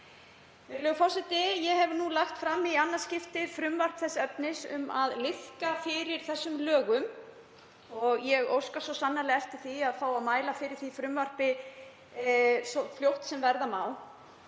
forseti. Ég hef nú lagt fram í annað skipti frumvarp þess efnis að liðka fyrir þessu í lögum. Ég óska svo sannarlega eftir því að fá að mæla fyrir því frumvarpi svo fljótt sem verða má.